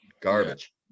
garbage